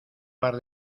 par